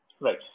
Right